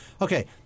Okay